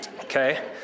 okay